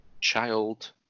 Child